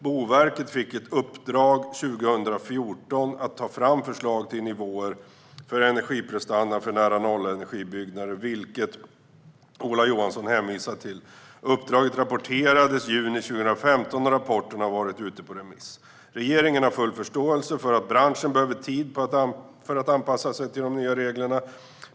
Boverket fick ett uppdrag 2014 att ta fram förslag till nivåer för energiprestandan för nära-nollenergibyggnader, vilket Ola Johansson hänvisar till. Uppdraget rapporterades i juni 2015, och rapporten har varit ute på remiss. Regeringen har full förståelse för att branschen behöver tid för att anpassa sig till de nya reglerna.